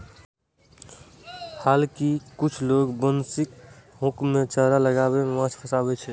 हालांकि किछु लोग बंशीक हुक मे चारा लगाय कें माछ फंसाबै छै